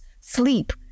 sleep